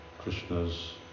Krishna's